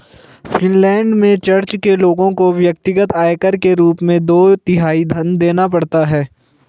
Finland में church के लोगों को व्यक्तिगत आयकर के रूप में दो तिहाई धन देना पड़ता है